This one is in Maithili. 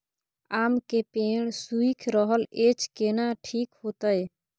आम के पेड़ सुइख रहल एछ केना ठीक होतय?